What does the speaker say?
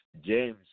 James